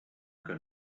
que